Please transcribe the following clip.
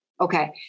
Okay